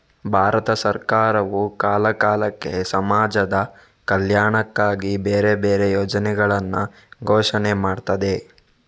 ಭಾರತ ಸರಕಾರವು ಕಾಲ ಕಾಲಕ್ಕೆ ಸಮಾಜದ ಕಲ್ಯಾಣಕ್ಕಾಗಿ ಬೇರೆ ಬೇರೆ ಯೋಜನೆಗಳನ್ನ ಘೋಷಣೆ ಮಾಡ್ತದೆ